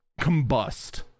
combust